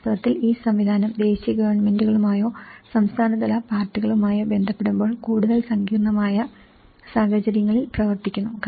വാസ്തവത്തിൽ ഈ സംവിധാനം ദേശീയ ഗവൺമെന്റുകളുമായോ സംസ്ഥാന തല പാർട്ടികളുമായോ ബന്ധപ്പെടുമ്പോൾ കൂടുതൽ സങ്കീർണ്ണമായ സാഹചര്യങ്ങളിൽ പ്രവർത്തിക്കുന്നു